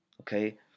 okay